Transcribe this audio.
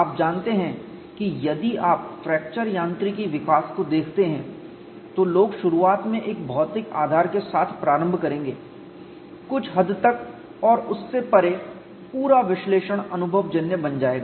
आप जानते हैं कि यदि आप फ्रैक्चर यांत्रिकी विकास को देखते हैं तो लोग शुरूआत में एक भौतिक आधार के साथ प्रारंभ करेंगे कुछ हद तक और उससे परे पूरा विश्लेषण अनुभवजन्य बन जाएगा